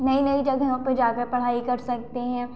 नई नई जगह पर जाकर पढ़ाई कर सकते हैं